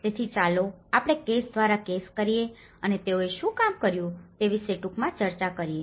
તેથી ચાલો આપણે કેસ દ્વારા કેસ કરીએ અને તેઓએ શું કામ કર્યું છે તે વિશે ટૂંકમાં ચર્ચા કરીએ